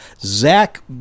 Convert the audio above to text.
Zach